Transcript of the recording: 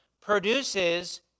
produces